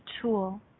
tool